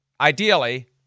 ideally